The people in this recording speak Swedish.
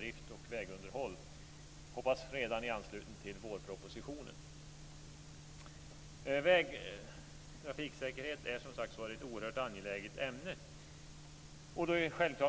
Jag hoppas att det sker redan i anslutning till vårpropositionen. Trafiksäkerhet är som sagt var ett oerhört angeläget ämne